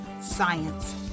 science